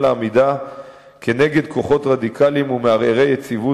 לעמידה כנגד כוחות רדיקליים ומערערי יציבות,